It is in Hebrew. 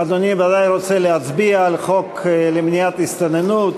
אדוני ודאי רוצה להצביע על חוק למניעת הסתננות.